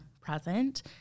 present